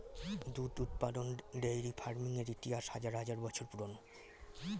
দুধ উৎপাদন dairy farming এর ইতিহাস হাজার হাজার বছর পুরানো